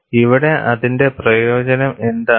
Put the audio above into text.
ഇവിടെ അതിന്റെ പ്രയോജനം എന്താണ്